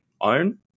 own